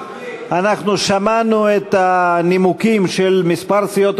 אנחנו שמענו את הנימוקים של כמה סיעות